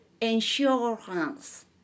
insurance